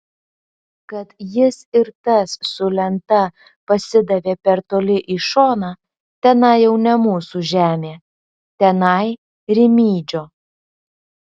kad jis ir tas su lenta pasidavė per toli į šoną tenai jau ne mūsų žemė tenai rimydžio